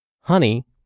Honey